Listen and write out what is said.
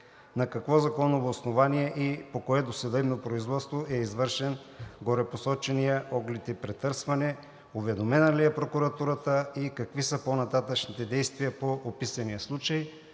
на какво законово основание и по кое досъдебно производство е извършен горепосоченият оглед и претърсване; уведомена ли е прокуратурата и какви са по-нататъшните действия по описания случай?